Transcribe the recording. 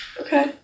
Okay